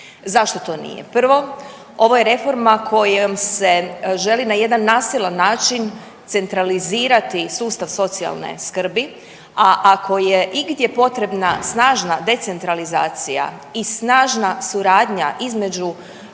Zašto to nije? Prvo, ovo je reforma kojom se želi na jedan nasilan način centralizirati sustav socijalne skrbi, a ako je igdje potrebna snažna decentralizacija i snažna suradnja između